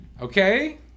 Okay